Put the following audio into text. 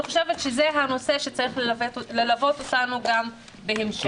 אני חושבת שזה הנושא שצריך ללוות אותנו גם בהמשך.